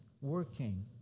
working